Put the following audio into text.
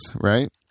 right